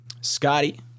Scotty